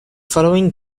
following